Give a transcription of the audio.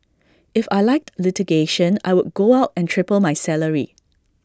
if I liked litigation I would go out and triple my salary